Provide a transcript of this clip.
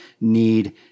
need